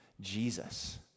Jesus